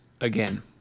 again